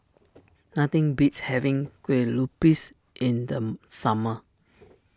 nothing beats having Kue Lupis in the summer